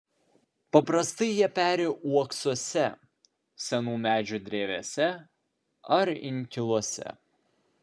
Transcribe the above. paprastai jie peri uoksuose senų medžių drevėse ar inkiluose